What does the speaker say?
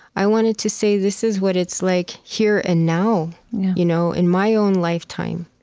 i wanted to say, this is what it's like here and now you know in my own lifetime.